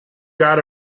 got